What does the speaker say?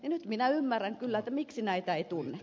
nyt minä ymmärrän kyllä miksi näitä ei tunneta